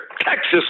Texas